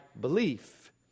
belief